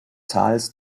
tals